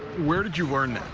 where did you learn